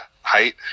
height